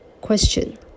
Question